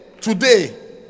today